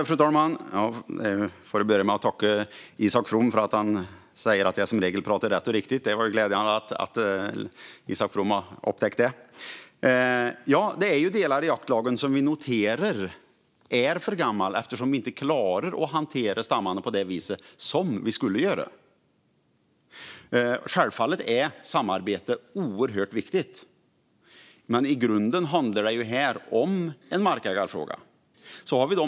Fru talman! Jag tackar Isak From för att han tycker att det jag säger i regel är rätt och riktigt. Det är glädjande att Isak From har upptäckt det. Ja, delar av jaktlagen är för gammal eftersom vi inte klarar av att hantera stammarna som det är tänkt. Samarbete är självfallet viktigt, men i grunden är det en markägarfråga.